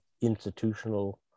institutional